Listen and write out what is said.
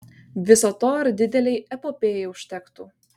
viso to ir didelei epopėjai užtektų